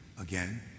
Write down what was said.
Again